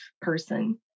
person